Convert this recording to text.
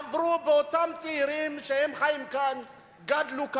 עברו לאותם צעירים שחיים כאן וגדלו כאן.